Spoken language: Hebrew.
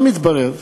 מה מתברר?